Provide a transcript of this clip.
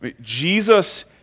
Jesus